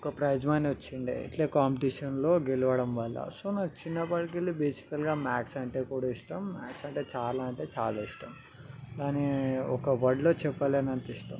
ఒక prize money వచ్చిండే ఇట్లే కాంపిటీషన్లో గెలవడం వల్ల సో నాకు చిన్నప్పటి కెళ్ళి బేసికల్గా మ్యాథ్స్ అంటే కూడా ఇష్టం మ్యాథ్స్ చాలా అంటే చాలా ఇష్టం దాన్ని ఒక వర్డ్లో చెప్పలేనంత ఇష్టం